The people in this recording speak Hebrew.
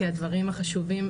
כי הדברים החשובים,